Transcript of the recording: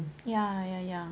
ya ya ya